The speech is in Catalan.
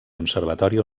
conservatori